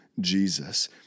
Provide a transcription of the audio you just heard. Jesus